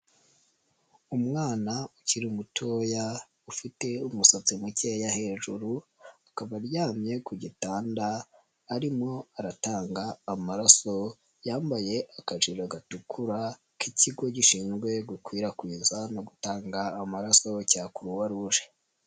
Umwana ukiri mutoya ufite umusatsi mukeya hejuru akaba aryamye ku gitanda arimo aratanga amaraso yambaye akajire gatukura k'ikigo gishinzwe gukwirakwiza no gutanga amaraso cya Croix Rouge.